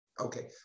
Okay